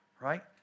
Right